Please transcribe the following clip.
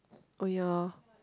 oh ya